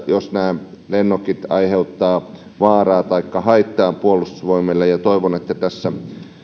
jos nämä lennokit aiheuttavat vaaraa taikka haittaa puolustusvoimille ja toivon että tässä